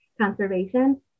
conservation